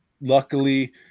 Luckily